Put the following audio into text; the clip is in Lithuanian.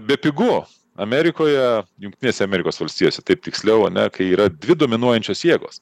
bepigu amerikoje jungtinėse amerikos valstijose taip tiksliau ane kai yra dvi dominuojančios jėgos